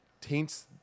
taints